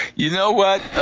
you know what?